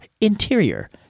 interior